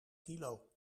kilo